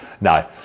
No